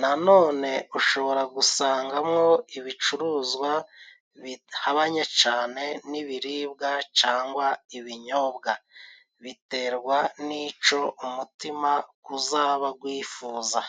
nanone ushobora gusangamo ibicuruzwa bihabanye cane n'ibiribwa cangwa ibinyobwa ,biterwa n'ico umutima uzaba gwifuza.